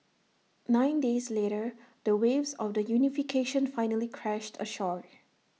nine days later the waves of the unification finally crashed ashore